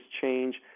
change